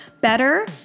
Better